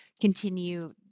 continue